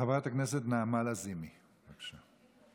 חברת הכנסת נעמה לזימי, בבקשה.